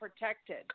protected